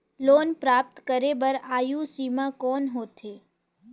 Loan प्राप्त करे बर आयु सीमा कौन होथे?